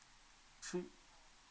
three